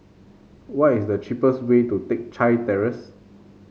what is the cheapest way to Teck Chye Terrace